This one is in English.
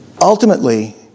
Ultimately